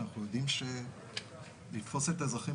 כשאנחנו יודעים שלתפוס את האזרחים,